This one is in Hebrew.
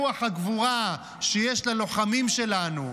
רוח הגבורה שיש ללוחמים שלנו,